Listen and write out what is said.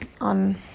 on